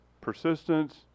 persistence